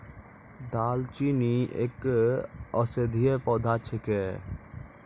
दालचीनी एक औषधीय पौधा छिकै